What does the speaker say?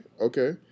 okay